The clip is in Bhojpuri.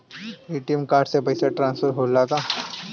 ए.टी.एम कार्ड से पैसा ट्रांसफर होला का?